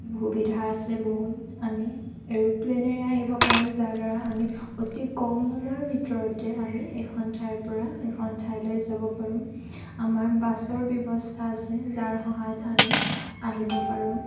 সুবিধা আছে বহুত আমি এৰ'প্লেনেৰ আহিব পাৰোঁ যাৰ দ্বাৰা আমি অতি কম সময়ৰ ভিতৰতে আমি এখন ঠাইৰ পৰা এখন ঠাইলৈ যাব পাৰোঁ আমাৰ বাছৰ ব্যৱস্থা আছে যাৰ সহায়ত আমি আহিব পাৰোঁ